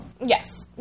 Yes